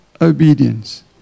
obedience